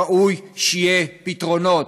ראוי שיהיו פתרונות.